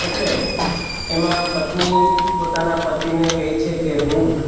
એટલે એમાં પત્ની પોતાના પતિને કહે છે કે હું